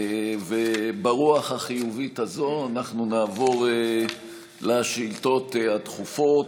ברוח החיובית הזאת נעבור לשאילתות הדחופות.